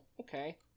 okay